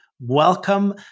welcome